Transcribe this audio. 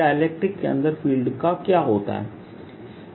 dielectric के अंदर field का क्या होता है